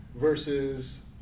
versus